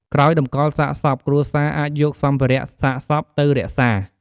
ក្រោយតម្កលសាកសព គ្រួសារអាចយកសម្ភារៈសាកសពទៅរក្សា។